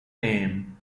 name